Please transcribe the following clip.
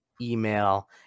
email